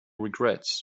regrets